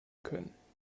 können